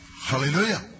hallelujah